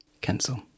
Cancel